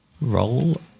Roll